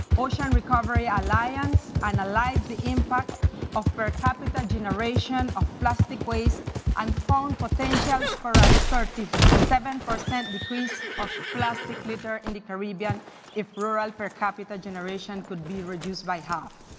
ocean recovery alliance analyzed the impact of per capita generation of plastic waste and um found potentials for ah thirty seven percent decrease of plastic litter in the caribbean if rural per capita generation could be reduced by half.